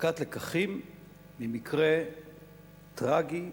הפקת לקחים ממקרה טרגי,